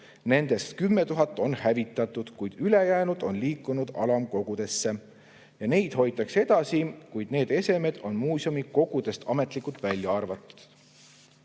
Nendest 10 000 on hävitatud, kuid ülejäänud on liikunud alamkogudesse ja neid hoitakse edasi, kuid need esemed on muuseumi kogudest ametlikult välja arvatud.